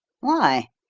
why?